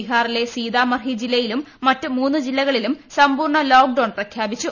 ബിഹാറിലെ സീതാമർഹി ജില്ലയിലും മറ്റ് മൂന്ന് ജില്ലയിലും സമ്പൂർണ ലോക്ഡൌൺ പ്രഖ്യാപിച്ചു